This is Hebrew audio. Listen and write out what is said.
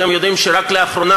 אתם יודעים שרק לאחרונה,